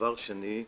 דבר שני,